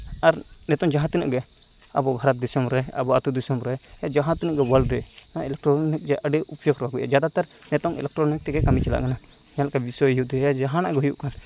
ᱟᱨ ᱱᱤᱛᱚᱝ ᱡᱟᱦᱟᱸ ᱛᱤᱱᱟᱹᱜ ᱜᱮ ᱟᱵᱚ ᱵᱷᱟᱨᱚᱛ ᱫᱤᱥᱚᱢ ᱨᱮ ᱟᱵᱚ ᱟᱛᱳ ᱫᱤᱥᱚᱢ ᱨᱮ ᱡᱟᱦᱟᱸ ᱛᱤᱱᱟᱹᱜ ᱜᱮ ᱣᱟᱞᱰ ᱤᱞᱮᱠᱴᱨᱚᱱᱤᱠ ᱜᱮ ᱟᱹᱰᱤ ᱩᱯᱚᱭᱳᱜᱽ ᱨᱮ ᱦᱩᱭᱩᱜᱼᱟ ᱡᱟᱫᱟ ᱛᱚᱨ ᱱᱤᱛᱚᱝ ᱤᱞᱮᱴᱨᱚᱱᱤᱠ ᱛᱮᱜᱮ ᱠᱟᱹᱢᱤ ᱪᱟᱞᱟᱜ ᱠᱟᱱᱟ ᱡᱟᱦᱟᱸ ᱞᱮᱠᱟ ᱡᱟᱦᱟᱱᱟᱜ ᱜᱮ ᱦᱩᱭᱩᱜ ᱠᱟᱱ